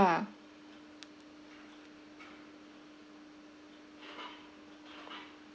ah